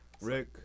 Rick